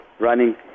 Running